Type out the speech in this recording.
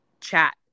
chat